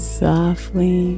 softly